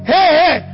hey